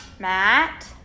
Matt